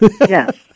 Yes